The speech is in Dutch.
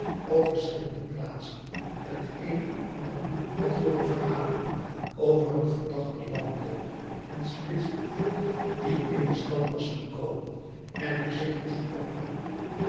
op verschillende plaatsen t een en ander had hooren verhalen van een verdachten landlooper en spitsboef die in de stad was gekomen en er zich moest ophouden